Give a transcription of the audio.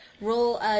Roll